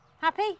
Happy